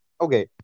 Okay